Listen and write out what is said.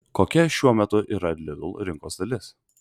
kokia šiuo metu yra lidl rinkos dalis